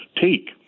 take